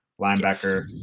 linebacker